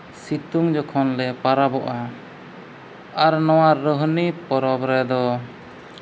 ᱥᱤᱛᱩᱝ ᱡᱚᱠᱷᱚᱱᱞᱮ ᱯᱚᱨᱚᱵᱚᱜᱼᱟ ᱟᱨ ᱱᱚᱣᱟ ᱨᱳᱦᱱᱤ ᱯᱚᱨᱚᱵᱽ ᱨᱮᱫᱚ